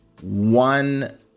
One